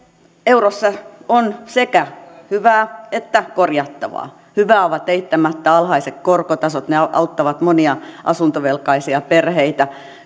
eurossa on sekä hyvää että korjattavaa hyvää ovat eittämättä alhaiset korkotasot ne auttavat monia asuntovelkaisia perheitä